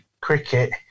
cricket